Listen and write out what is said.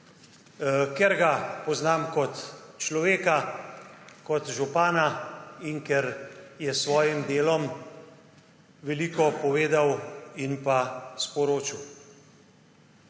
ker ga poznam kot človeka, kot župana in ker je s svojim delom veliko povedal in pa sporočil.